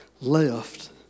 left